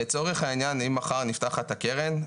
לצורך העניין אם מחר נפתחת הקרן,